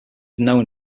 known